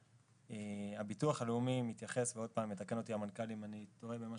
יתקן אותי מנכ"ל הביטוח הלאומי אם אני טועה,